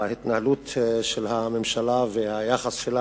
ההתנהלות של הממשלה והיחס שלה